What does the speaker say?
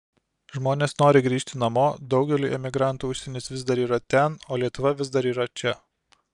žmonės nori grįžti namo daugeliui emigrantų užsienis vis dar yra ten o lietuva vis dar čia